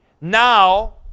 now